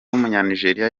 w’umunyanigeriya